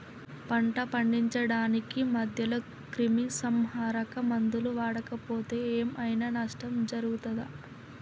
పంట పండించడానికి మధ్యలో క్రిమిసంహరక మందులు వాడకపోతే ఏం ఐనా నష్టం జరుగుతదా?